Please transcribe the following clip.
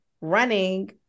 running